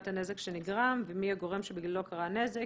הנזק שנגרם ומי הגורם שבגללו קרה הנזק.